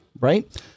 Right